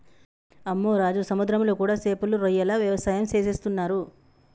అమ్మె రాజు సముద్రంలో కూడా సేపలు రొయ్యల వ్యవసాయం సేసేస్తున్నరు